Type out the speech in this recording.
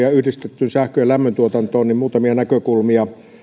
ja yhdistettyyn sähkön ja lämmön tuotantoon muutamia näkökulmia